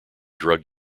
drug